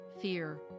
fear